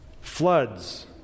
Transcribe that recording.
floods